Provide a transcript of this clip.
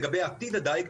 לגבי עתיד הדיג,